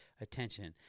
attention